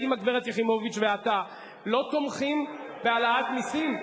האם הגברת יחימוביץ ואתה לא תומכים בהעלאת מסים?